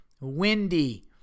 windy